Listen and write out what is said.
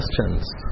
Questions